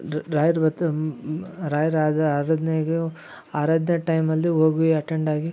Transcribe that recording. ರಾಯರ ಬತ್ ರಾಯರ ಆರಾಧನೆ ಟೈಮಲ್ಲಿ ಹೋಗಿ ಎಟೆಂಡ್ ಆಗಿ